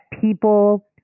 people